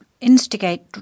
instigate